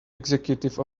executive